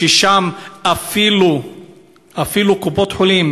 ששם אפילו אין לקופות-החולים